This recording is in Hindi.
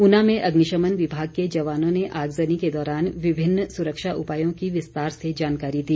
ऊना में अग्निशमन विभाग के जवानों ने आगजनी के दौरान विभिन्न सुरक्षा उपायों की विस्तार से जानकारी दी